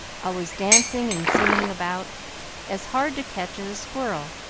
always dancing and singing about as hard to catch as a squirrel,